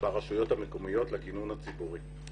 ברשויות המקומיות לגינון הציבורי.